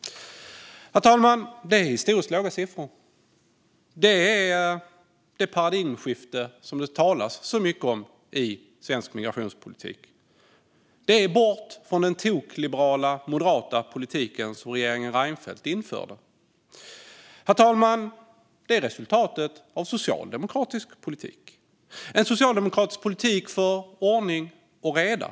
Herr talman! Det är historiskt låga siffror. Det är det paradigmskifte som det talas så mycket om i svensk migrationspolitik - bort från den tokliberala moderata politik som regeringen Reinfeldt införde. Herr talman! Det är resultatet av socialdemokratisk politik - en socialdemokratisk politik för ordning och reda.